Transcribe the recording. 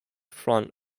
front